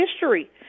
history